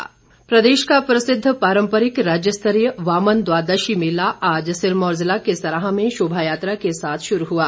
मे ला प्रदेश का प्रसिद्ध पारम्परिक राज्य स्तरीय वामन द्वादशी मेला आज सिरमौर जिला के सराहां में शोभायात्रा के साथ शुरू हुआ